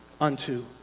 unto